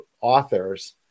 authors